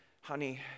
Honey